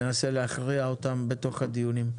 ננסה להכריע אותן בתוך הדיונים.